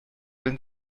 wenn